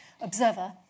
observer